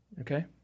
Okay